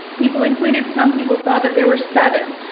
people included. some people saw that there were seven.